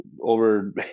over